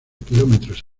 kilómetros